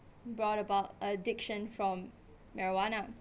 brought about addiction from marijuana